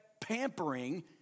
pampering